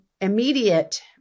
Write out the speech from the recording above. immediate